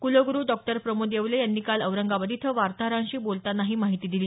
कुलगुरू डॉक्टर प्रमोद येवले यांनी काल औरंगाबाद इथं वार्ताहरांशी बोलतांना ही माहिती दिली